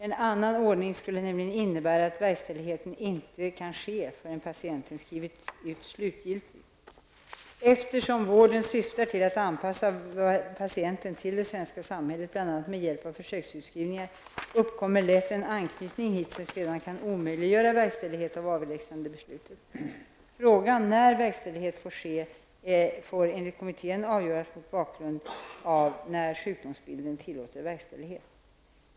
En annan ordning skulle nämligen innebära att verkställighet inte kan ske förrän patienten skrivits ut slutligt. Eftersom vården syftar till att anpassa patienten till det svenska samhället, bl.a. med hjälp av försöksutskrivningar, uppkommer lätt en anknytning hit som sedan kan omöjliggöra verkställigheten av avlägsnandebeslutet. Frågan när verkställighet skall ske får enligt kommittén avgöras mot bakgrund av när sjukdomsbilden tillåter verkställighet.''